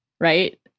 right